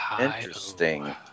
Interesting